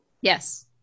Yes